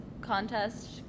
contest